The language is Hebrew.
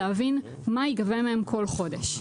להבין מה יגבה מאיתנו כל חודש.